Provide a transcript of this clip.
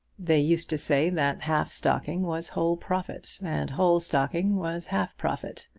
they used to say that half-stocking was whole profit, and whole-stocking was half profit.